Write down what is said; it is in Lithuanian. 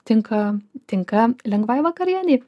tinka tinka lengvai vakarienei